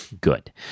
Good